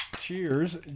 Cheers